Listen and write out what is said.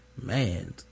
Man